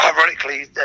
ironically